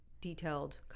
detailed